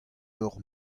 hor